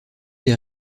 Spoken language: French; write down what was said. des